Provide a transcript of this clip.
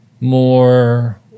more